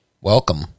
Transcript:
welcome